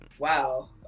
Wow